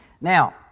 Now